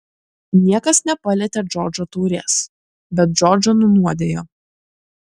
niekas nepalietė džordžo taurės bet džordžą nunuodijo